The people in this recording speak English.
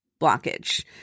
blockage